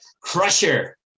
Crusher